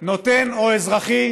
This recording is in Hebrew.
או אזרחי